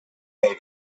navy